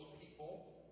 people